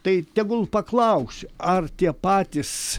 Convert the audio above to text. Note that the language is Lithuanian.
tai tegul paklausia ar tie patys